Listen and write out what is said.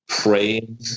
praying